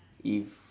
if